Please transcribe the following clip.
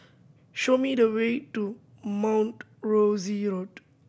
show me the way to Mount Rosie Road